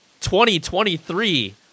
2023